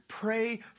pray